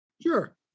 Sure